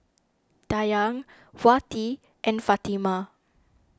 Dayang Wati and Fatimah